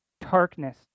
darkness